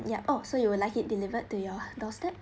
ya oh so you will like it delivered to your doorstep